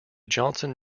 johnson